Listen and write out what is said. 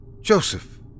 Joseph